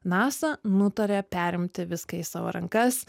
nasa nutarė perimti viską į savo rankas